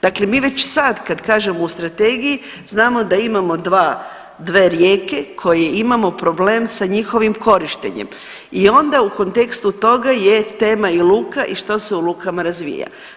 Dakle, mi već sad kad kažemo u strategiji znamo da imamo dve rijeke koje imamo problem sa njihovim korištenjem i onda u kontekstu toga je tema i luka i što se u lukama razvija.